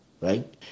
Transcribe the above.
right